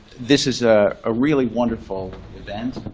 this is a ah really wonderful event.